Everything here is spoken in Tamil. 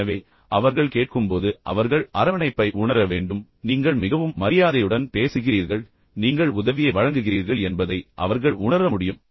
எனவே அவர்கள் கேட்கும்போது அவர்கள் அரவணைப்பை உணர வேண்டும் நீங்கள் மிகவும் மரியாதையுடன் பேசுகிறீர்கள் நீங்கள் உதவியை வழங்குகிறீர்கள் என்பதை அவர்கள் உணர முடியும்